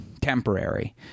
temporary